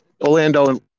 Orlando